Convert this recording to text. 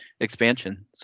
expansion